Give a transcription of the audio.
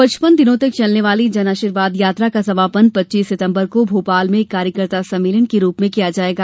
पचपन दिनों तक चलने वाली जन आशीर्वाद यात्रा का समापन पच्चीस सितंबर को भोपाल में एक कार्यकर्ता सम्मेलन के रूप में किया जायेगा